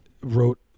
wrote